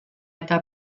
eta